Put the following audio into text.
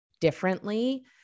differently